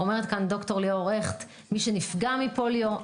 אומרת ד"ר הכט מי שנפגע מפוליו,